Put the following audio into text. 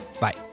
Bye